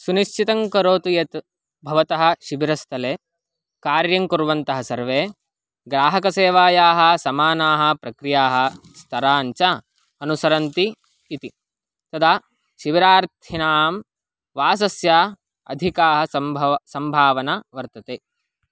सुनिश्चितं करोतु यत् भवतः शिबिरस्थले कार्यं कुर्वन्तः सर्वे ग्राहकसेवायाः समानाः प्रक्रियाः स्तराञ्च अनुसरन्ति इति तदा शिबिरार्थिनां वासस्य अधिकाः सम्भवः सम्भावना वर्तते